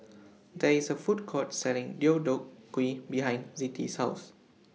There IS A Food Court Selling Deodeok Gui behind Zettie's House